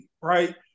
Right